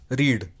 read